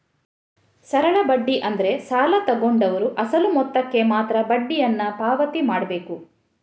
ಸರಳ ಬಡ್ಡಿ ಅಂದ್ರೆ ಸಾಲ ತಗೊಂಡವ್ರು ಅಸಲು ಮೊತ್ತಕ್ಕೆ ಮಾತ್ರ ಬಡ್ಡಿಯನ್ನು ಪಾವತಿ ಮಾಡ್ಬೇಕು